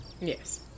Yes